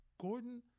Gordon